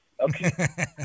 Okay